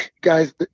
guys